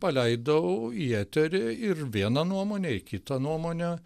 paleidau į eterį ir vieną nuomonę ir kitą nuomonę